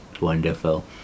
wonderful